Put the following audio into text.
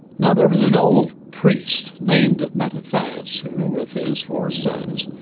now there was an old priest named mattathias who, with his four sons,